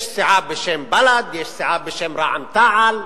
יש סיעה בשם בל"ד, יש סיעה בשם רע"ם-תע"ל.